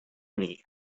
hori